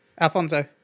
Alfonso